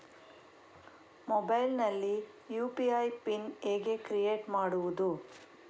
Mobile ನಲ್ಲಿ UPI PIN ಹೇಗೆ create ಮಾಡುವುದು?